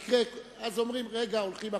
אז אומרים רגע והולכים החוצה.